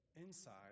inside